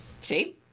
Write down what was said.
See